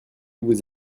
vous